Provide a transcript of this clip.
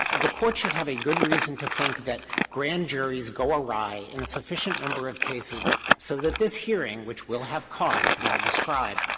the court should have a good reason to think that grand juries go awry in a sufficient number of cases so that this hearing which will have costs as i'll describe,